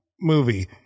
movie